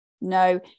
no